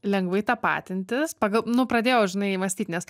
lengvai tapatintis pagal nu pradėjau žinai mąstyt nes